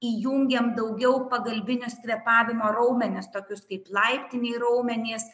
įjungėm daugiau pagalbinius kvėpavimo raumenis tokius kaip laiptiniai raumenys